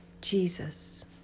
Jesus